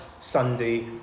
Sunday